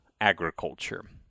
agriculture